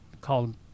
called